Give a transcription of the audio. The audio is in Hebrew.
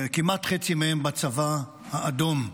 כמעט חצי מהם בצבא האדום,